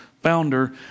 founder